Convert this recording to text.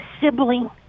sibling